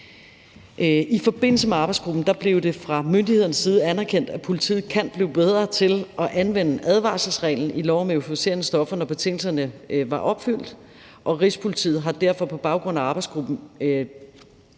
I forbindelse med arbejdsgruppen blev det fra myndighedernes side anerkendt, at politiet kan blive bedre til at anvende advarselsreglen i lov om euforiserende stoffer, når betingelserne var opfyldt, og Rigspolitiet har derfor på baggrund af arbejdsgruppen